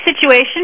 situation